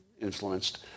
influenced